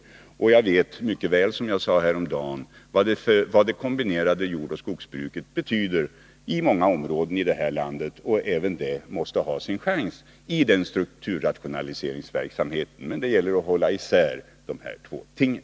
Som jag också sade häromdagen är jag mycket väl medveten om vad det kombinerade jordoch skogsbruket betyder i många områden i det här landet, och även det måste ha sin chans i den strukturrationaliseringsverksamheten. Men det gäller att hålla isär de här två tingen.